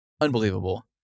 Unbelievable